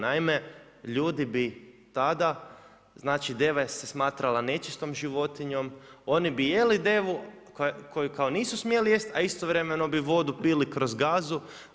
Naime, ljudi bi tada, znači deva se smatrala nečistom životinjom, oni bi jeli devu koju kao nisu smjeli jesti a istovremeno bi vodu pili kroz gazu.